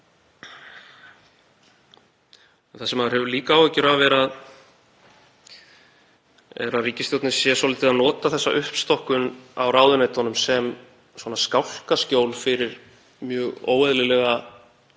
Það sem maður hefur líka áhyggjur af er að ríkisstjórnin sé svolítið að nota þessa uppstokkun á ráðuneytunum sem skálkaskjól fyrir mjög óeðlilega beitingu